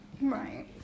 Right